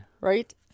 right